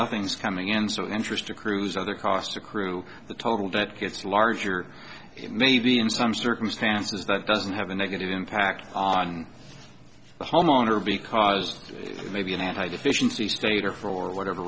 nothing's coming in so interest to cruise other costs accrue the total debt gets larger maybe in some circumstances that doesn't have a negative impact on the homeowner because it may be an anti deficiency state or for whatever